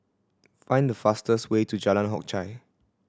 find the fastest way to Jalan Hock Chye